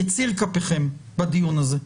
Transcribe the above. יציר כפיכם בדיון הזה.